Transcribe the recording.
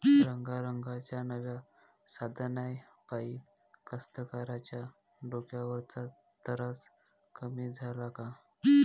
रंगारंगाच्या नव्या साधनाइपाई कास्तकाराइच्या डोक्यावरचा तरास कमी झाला का?